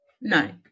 No